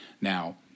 Now